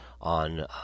on